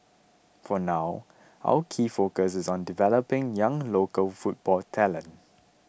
for now our key focus is on developing young local football talent